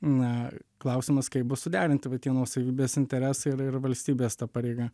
na klausimas kaip bus suderinti va tie nuosavybės interesai ir ir valstybės ta pareiga